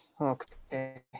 okay